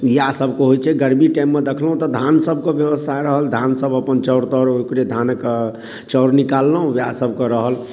इएह सभके होइ छै गर्मी टाइममे देखलहुॅं तऽ धान सभके ब्यवस्था रहल धान सभ अपन चाउर ताउर ओकरे धानके चाउर निकाललहुॅं वएह सभके रहल